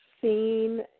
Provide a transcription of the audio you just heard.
seen